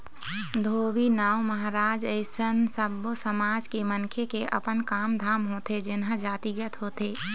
धोबी, नाउ, महराज अइसन सब्बो समाज के मनखे के अपन काम धाम होथे जेनहा जातिगत होथे